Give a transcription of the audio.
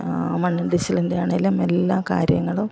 മണ്ണിടിച്ചിലിൻ്റെ ആണെങ്കിലും എല്ലാ കാര്യങ്ങളും